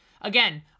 again